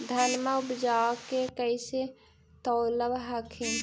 धनमा उपजाके कैसे तौलब हखिन?